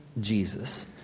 Jesus